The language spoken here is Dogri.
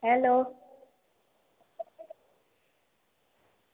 हैलो